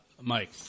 Mike